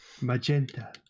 Magenta